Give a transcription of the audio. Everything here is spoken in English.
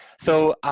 so, um,